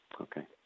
Okay